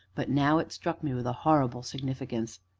but now it struck me with a horrible significance.